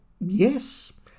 yes